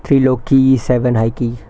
three low key seven high key